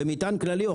זה מטען כללי.